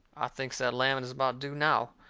thinks that lamming is about due now.